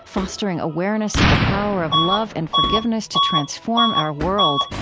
fostering awareness of the power of love and forgiveness to transform our world.